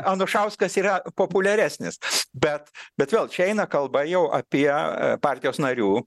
anušauskas yra populiaresnis bet bet vėl čia eina kalba jau apie partijos narių